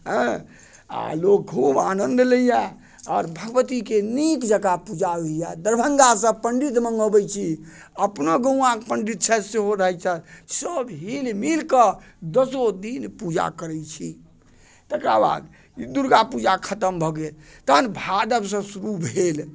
एँ आ लोक खूब आनन्द लैया आ भगवतीके नीक जेकाँ पूजा होइया दरभंगा से पंडित मंगबै छी अपनो गौआँ पंडित छथि सेहो रहै छथि सभ हील मिलके दसो दिन पूजा करै छी तकर बाद ई दुर्गा पूजा खतम भऽ गेल तहन भादव सँ शुरू भेल